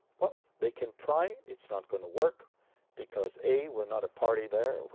well, they can try. it's not gonna work because a we're not a party there.